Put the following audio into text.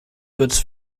goods